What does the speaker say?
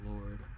lord